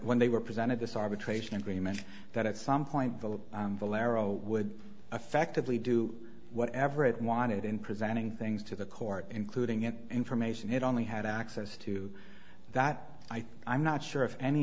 when they were presented this arbitration agreement that at some point the valero would effectively do whatever it wanted in presenting things to the court including it information it only had access to that i think i'm not sure if any